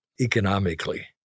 economically